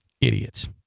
Idiots